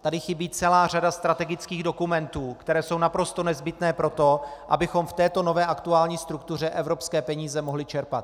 Tady chybí celá řada strategických dokumentů, které jsou naprosto nezbytné pro to, abychom v této nové aktuální struktuře evropské peníze mohli čerpat.